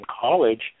college